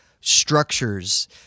structures